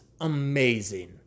amazing